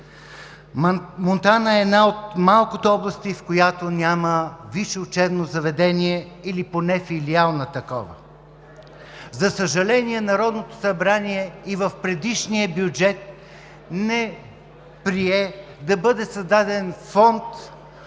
Монтана е една от малкото области, в която няма висше учебно заведение, или поне филиал на такова. За съжаление, Народното събрание и в предишния бюджет не прие да бъде създаден фонд